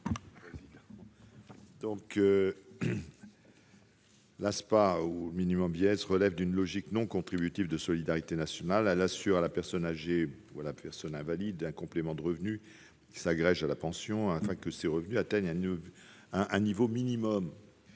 anciennement appelé minimum vieillesse, relève d'une logique non contributive de solidarité nationale. Elle assure à la personne âgée ou invalide un complément de revenu qui s'agrège à la pension afin que ses revenus atteignent un niveau minimum.